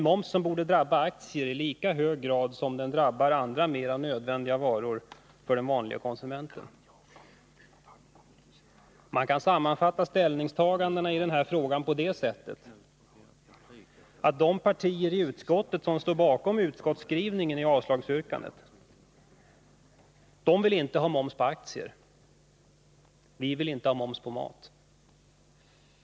Momsen borde drabba aktier i lika hög grad som den drabbar andra, för den vanlige konsumenten mera nödvändiga, nyttigheter. Man kan sammanfatta ställningstagandena i den här frågan på det sättet att de partier i utskottet, vilka står bakom utskottsskrivningen i avstyrkandet, inte vill ha moms på aktier, medan vi inte vill ha moms på mat.